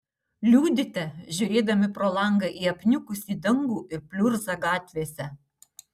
liūdite žiūrėdami pro langą į apniukusį dangų ir pliurzą gatvėse